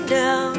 now